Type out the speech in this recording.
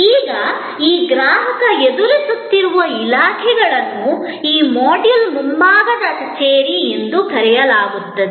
ಈಗ ಈ ಗ್ರಾಹಕ ಎದುರಿಸುತ್ತಿರುವ ಇಲಾಖೆಗಳನ್ನು ಈ ಮಾಡ್ಯೂಲ್ ಮುಂಭಾಗದ ಕಚೇರಿ ಎಂದು ಕರೆಯಲಾಗುತ್ತದೆ